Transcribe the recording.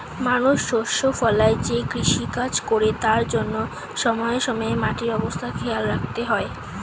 মানুষ শস্য ফলায় যে কৃষিকাজ করে তার জন্যে সময়ে সময়ে মাটির অবস্থা খেয়াল রাখতে হয়